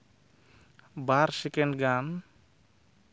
ᱵᱟᱨ second ᱜᱟᱱ